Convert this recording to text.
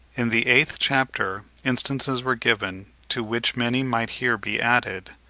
in the eighth chapter instances were given, to which many might here be added,